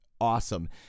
awesome